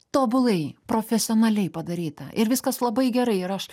tobulai profesionaliai padaryta ir viskas labai gerai ir aš